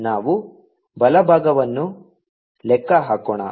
ನಾವು ಬಲಭಾಗವನ್ನು ಲೆಕ್ಕ ಹಾಕೋಣ